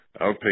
outpatient